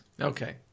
Okay